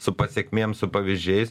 su pasekmėm su pavyzdžiais